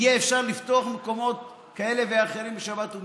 יהיה אפשר לפתוח מקומות כאלה ואחרים בשבת ומי לא.